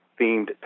themed